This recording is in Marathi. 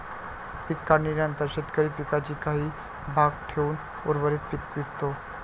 पीक काढणीनंतर शेतकरी पिकाचा काही भाग ठेवून उर्वरित पीक विकतो